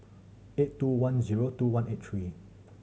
eight two one zero two one eight three